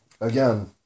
again